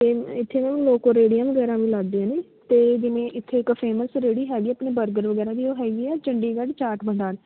ਅਤੇ ਇੱਥੇ ਮੈਮ ਲੋਕ ਰੇਹੜੀਆਂ ਵਗੈਰਾ ਵੀ ਲਾਉਂਦੇ ਨੇ ਅਤੇ ਜਿਵੇਂ ਇੱਥੇ ਇੱਕ ਫੇਮਸ ਰੇਹੜੀ ਹੈਗੀ ਆਪਣੇ ਬਰਗਰ ਵਗੈਰਾ ਦੀ ਉਹ ਹੈਗੀ ਆ ਚੰਡੀਗੜ੍ਹ ਚਾਟ ਭੰਡਾਰ